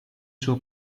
suo